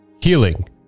healing